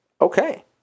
okay